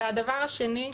והדבר השני,